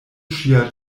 ŝia